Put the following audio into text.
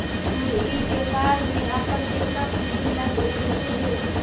तु इ व्यापार में अपन केतना पूंजी लगएलहुं हे?